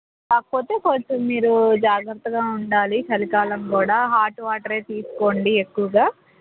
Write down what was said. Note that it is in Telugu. కాకపోతే కొంచెం మీరు జాగ్రత్తగా ఉండాలి చలికాలం కూడా హాట్ వాటర్ తీసుకోండి ఎక్కువగా